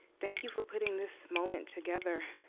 thank you for putting this moment together,